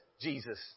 Jesus